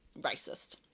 racist